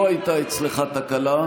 לא הייתה אצלך תקלה,